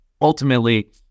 ultimately